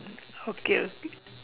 okay okay